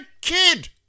kid